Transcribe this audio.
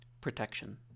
Protection